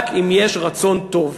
רק אם יש רצון טוב.